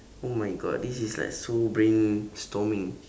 oh my god this is like so brainstorming